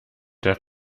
der